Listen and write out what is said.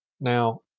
Now